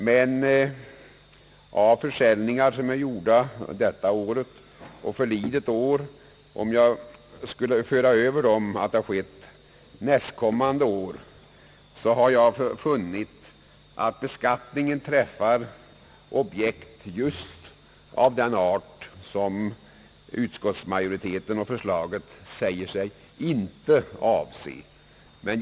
Men om jag antar att de försäljningar som gjorts detta år och förlidet år hade skett nästkommande år, finner jag att beskattningen träffar objekt just av den art som utskottsmajoriteten säger sig inte avse.